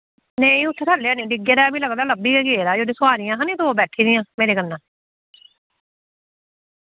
नेईं उत्थै थल्लै हैनी डि'ग्गे दा ऐ मि लग्गा दा लब्भी गै गेदा जेह्ड़ी सोआरियां हां निं दो बैठी दि'यां मेरे कन्नै